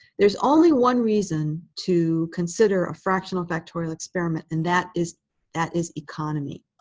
there's only one reason to consider a fractional factorial experiment, and that is that is economy.